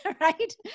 right